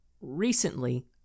recently